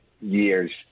years